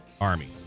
Army